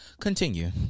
Continue